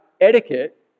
etiquette